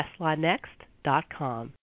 WestlawNext.com